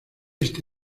este